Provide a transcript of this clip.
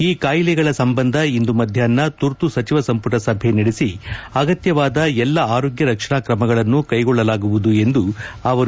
ಈ ಕಾಯಿಲೆಗಳ ಸಂಬಂಧ ಇಂದು ಮಧ್ವಾಷ್ನ ತುರ್ತು ಸಚಿವ ಸಂಪುಟ ಸಭೆ ನಡೆಸಿ ಆಗತ್ತವಾದ ಎಲ್ಲಾ ಆರೋಗ್ತ ರಕ್ಷಣಾ ತ್ರಮಗಳನ್ನು ಕೈಗೊಳ್ಳಲಾಗುವುದು ಎಂದರು